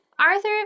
Arthur